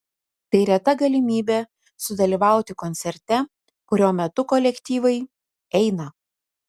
tai reta galimybė sudalyvauti koncerte kurio metu kolektyvai eina